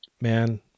man